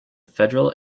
federal